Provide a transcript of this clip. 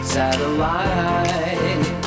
satellite